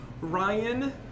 Ryan